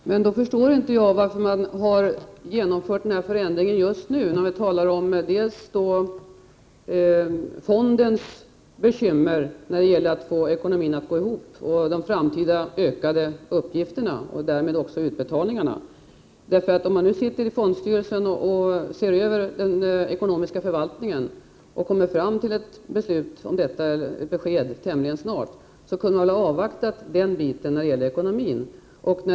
Fru talman! Då förstår jag inte varför denna förändring har genomförts just nu när det talas om fondens bekymmer med att få ekonomin att gå ihop och om de framtida utökade uppgifterna och därmed också utbetalningarna. Om man sitter i fondstyrelsen och ser över den ekonomiska förvaltningen och kommer fram till ett besked tämligen snart kunde man väl ha avvaktat den delen när det gäller ekonomin.